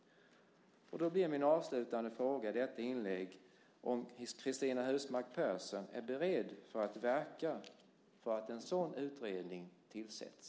Min avslutande fråga i detta inlägg blir om Cristina Husmark Pehrsson är beredd att verka för att en sådan utredning tillsätts.